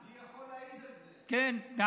אני יכול להעיד על זה, נכון.